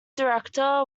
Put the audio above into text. director